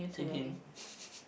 hint hint